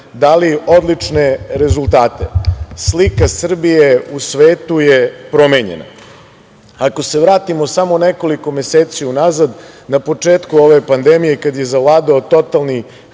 dali odlične rezultate. Slika Srbije u svetu je promenjena. Ako se vratimo samo nekoliko meseci unazad, na početku ove pandemije, kad je zavladao totalni